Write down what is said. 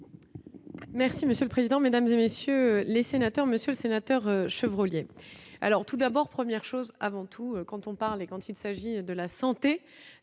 Merci monsieur le président, Mesdames et messieurs les sénateurs, Monsieur le Sénat. Peur Chevrolet alors tout d'abord, première chose avant tout quand on parle et quand il s'agit de la santé